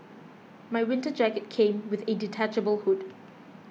my winter jacket came with a detachable hood